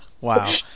Wow